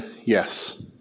yes